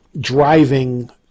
driving